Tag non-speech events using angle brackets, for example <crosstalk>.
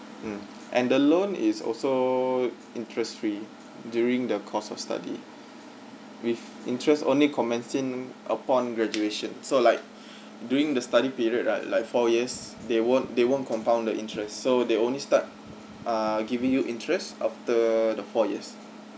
mm and the loan is also interest free during the course of study with interest only commencing upon graduation so like <breath> during the study period right like four years they won't they won't compound the interest so they only start uh giving you interest after the four years